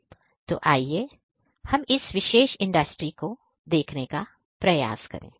तो आइए हम इस विशेष इंडस्ट्री को देखने का प्रयास करें